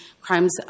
crimes